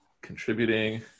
contributing